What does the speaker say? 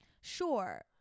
Sure